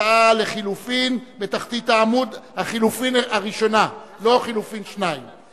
הצעה לחלופין הראשונה שבתחתית העמוד.